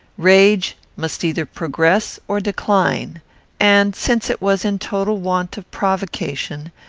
rage must either progress or decline and, since it was in total want of provocation,